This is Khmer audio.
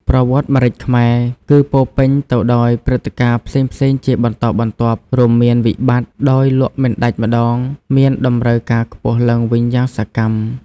ប្រវត្តិនៃម្រេចខ្មែរ គឺពោរពេញទៅដោយព្រឹត្តិការណ៍ផ្សេងៗជាបន្តបន្ទាប់ រួមមានវិបត្តិ ដោយលក់មិនដាច់ម្តង មានតម្រូវការខ្ពស់ឡើងវិញយ៉ាងសកម្ម។